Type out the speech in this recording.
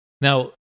now